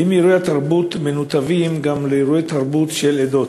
האם אירועי התרבות מנותבים גם לאירועי תרבות של עדות?